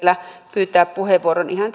pyytää puheenvuoron ihan